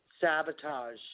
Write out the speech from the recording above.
Sabotage